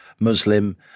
Muslim